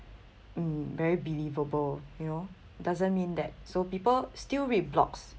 mm very believable you know doesn't mean that so people still read blogs